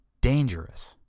dangerous